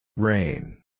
Rain